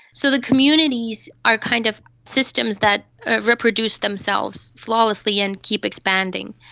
so the communities are kind of systems that reproduce themselves flawlessly and keep expanding.